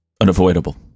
unavoidable